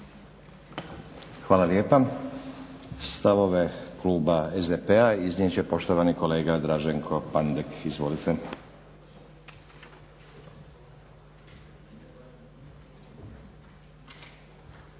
Hvala lijepa. Stavove Kluba SDP-a iznijet će poštovani kolega Draženko Pandek. Izvolite.